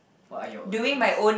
what are your own things